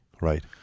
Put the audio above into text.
right